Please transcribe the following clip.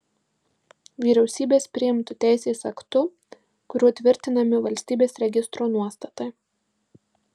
vyriausybės priimtu teisės aktu kuriuo tvirtinami valstybės registro nuostatai